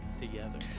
together